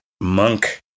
monk